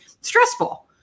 stressful